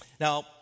Now